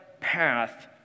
path